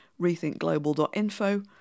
rethinkglobal.info